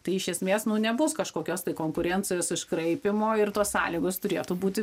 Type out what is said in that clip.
tai iš esmės nu nebus kažkokios tai konkurencijos iškraipymo ir tos sąlygos turėtų būti